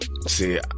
See